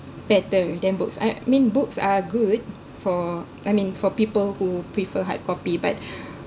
better than books uh I mean books are good for I mean for people who prefer hardcopy but